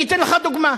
אני אתן לך דוגמה.